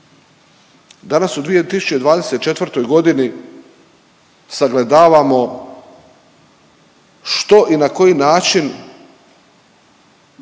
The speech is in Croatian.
Danas u 2024. g. sagledavamo što i na koji način